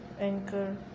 anchor